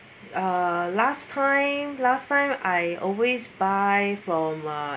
uh last time last time I always buy from uh